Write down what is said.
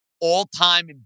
all-time